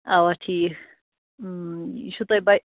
اَوا ٹھیٖک یہِ چھُ تۄہہِ بَے